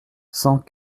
cent